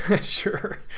sure